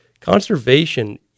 conservation